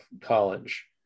college